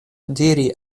diri